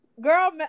Girl